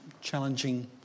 challenging